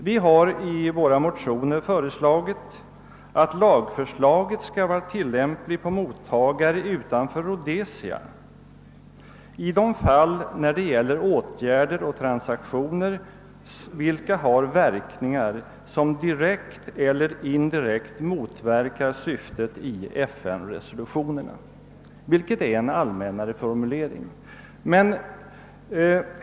Vi har i våra motioner föreslagit att lagförslaget skall vara tillämpligt på mottagare utanför Rhodesia i de fall när det gäller åtgärder och transaktioner vilka direkt eller indirekt motverkar syftet i FN-resolutionerna, vilka är en allmännare formulering.